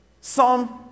Psalm